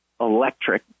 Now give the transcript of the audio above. electric